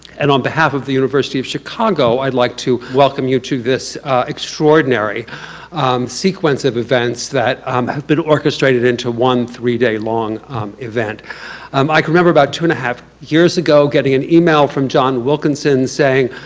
and on behalf of the university of chicago i'd like to welcome you to this extraordinary sequence of events that um have been orchestrated into one three day long event. um i can remember about two and a half years ago getting an email from john wilkinson saying,